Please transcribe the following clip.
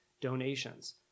donations